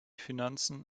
finanzen